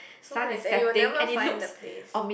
so nice and you will never find the place